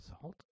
salt